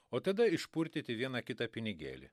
o tada išpurtyti vieną kitą pinigėlį